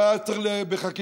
והיה צריך בחקיקה,